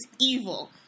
evil